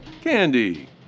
Candy